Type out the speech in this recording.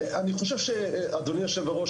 אדוני היושב-ראש,